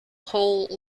hill